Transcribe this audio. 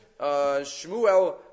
Shmuel